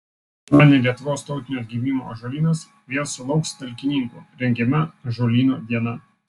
šeštadienį lietuvos tautinio atgimimo ąžuolynas vėl sulauks talkininkų rengiama ąžuolyno diena